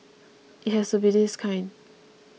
it has to be this kind